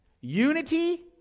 Unity